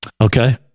Okay